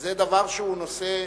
אבל זה דבר שהוא נושא,